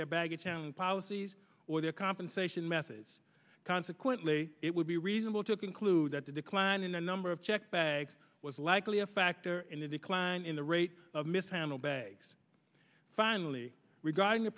their baggage handling policies or their compensation methods consequently it would be reasonable to conclude that the decline in the number of checked bags was likely a factor in the decline in the rate of mishandled bags finally regarding the